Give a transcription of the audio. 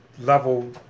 level